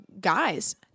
guys